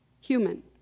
human